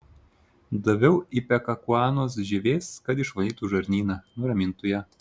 daviau ipekakuanos žievės kad išvalytų žarnyną nuramintų ją